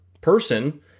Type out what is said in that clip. person